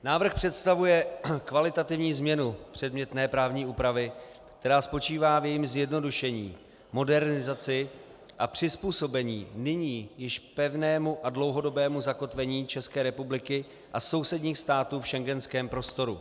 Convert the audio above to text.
Návrh představuje kvalitativní změnu předmětné právní úpravy, která spočívá v jejím zjednodušení, modernizaci a přizpůsobení nyní již pevnému a dlouhodobému zakotvení České republiky a sousedních států v schengenském prostoru.